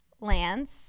Lance